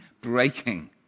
breaking